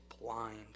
blind